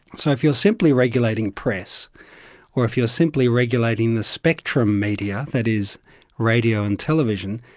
so if you are simply regulating press or if you are simply regulating the spectrum media, that is radio and television,